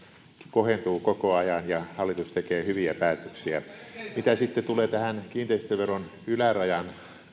kohentuu koko ajan ja hallitus tekee hyviä päätöksiä mitä sitten tulee tähän kiinteistöveron ylärajan